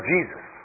Jesus